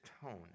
tone